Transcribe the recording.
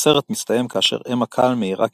הסרט מסתיים כאשר אמה קאלן מעירה כי